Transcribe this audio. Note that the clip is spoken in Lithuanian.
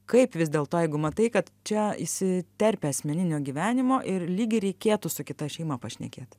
kaip vis dėlto jeigu matai kad čia įsiterpia asmeninio gyvenimo ir lyg ir reikėtų su kita šeima pašnekėt